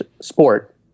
sport